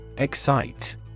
Excite